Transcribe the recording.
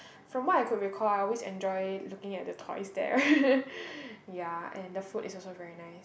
from what I could recall I always enjoy looking at the toys there ya and the food is also nice